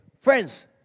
friends